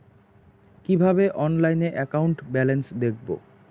কিভাবে অনলাইনে account balance দেখবো?